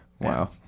Wow